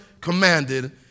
commanded